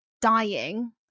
dying